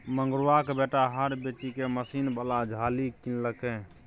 मंगरुआक बेटा हर बेचिकए मशीन बला झालि किनलकै